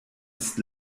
ist